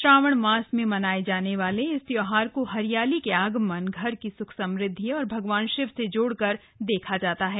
श्रावस मास में मनाये जाने वाले इस त्योहार को हरियाली के आगमनए घर की सुख समृदधि और भगवान शिव से जोड़कर देखा जाता है